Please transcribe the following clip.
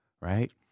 right